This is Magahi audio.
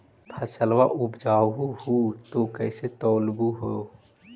फसलबा उपजाऊ हू तो कैसे तौउलब हो?